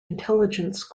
intelligence